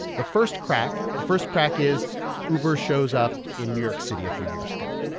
the first crack, the first crack is uber shows up in new york city a few years ago.